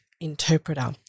interpreter